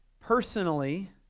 Personally